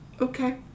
Okay